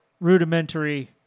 rudimentary